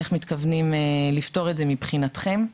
איך מתכוונים לפתור את זה מבחינתכם.